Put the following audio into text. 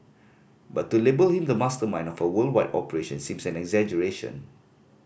but to label him the mastermind of a worldwide operation seems an exaggeration